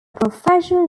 professional